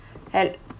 hel~